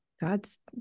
God's